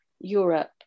Europe